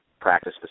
practice